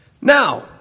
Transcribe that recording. Now